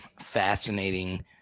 fascinating